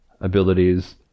abilities